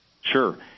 Sure